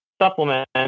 supplement